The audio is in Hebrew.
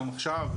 גם עכשיו,